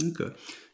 Okay